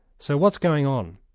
so what's going on?